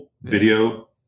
video